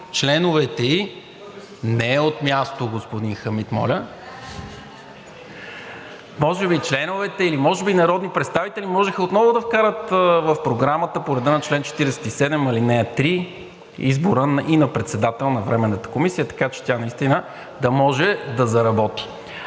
Хамид Хамид.) Не от място, господин Хамид, моля, може би членовете ѝ или може би народни представители можеха отново да вкарат в Програмата по реда на чл. 47, ал. 3 избора и на председател на Временната комисия, така че тя наистина да може да заработи.